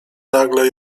nagle